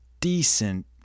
decent